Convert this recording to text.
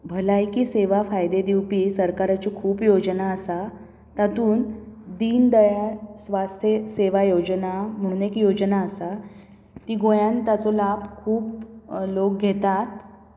भलायकी सेवा फायदे दिवपी सरकाराच्यो खूब योजना आसात तातूंत दिन दयाळ स्वास्थ सेवा योजना म्हुणून एक योजना आसा ती गोंयांत ताचो लाभ खूब लोग घेतात